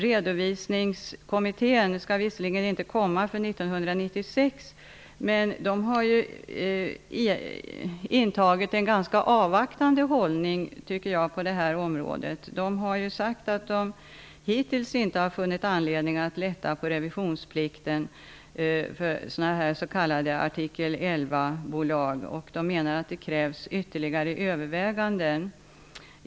Redovisningskommittén, som visserligen inte skall avge sitt betänkande förrän 1996, har intagit en ganska avvaktande hållning på detta område. Kommittén har förklarat att den hittills inte har funnit anledning att lätta på revisionsplikten för s.k. Artikel 11-bolag. Det krävs i så fall ytterligare överväganden.